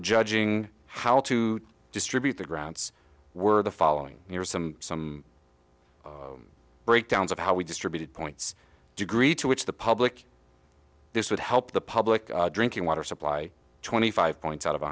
judging how to distribute the grounds were the following some some breakdowns of how we distributed points degree to which the public this would help the public drinking water supply twenty five points out of